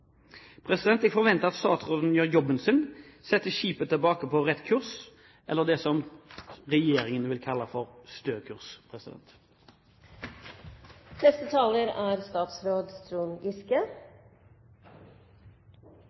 Jeg forventer at statsråden gjør jobben sin og setter skipet tilbake på rett kurs, eller det som regjeringen